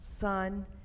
son